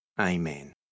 Amen